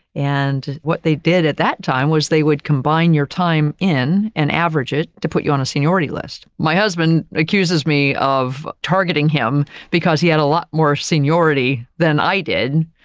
and what they did at that time, was they would combine your time in, and average it to put you on a seniority list. my husband accuses me of targeting him because he had a lot more seniority than i did.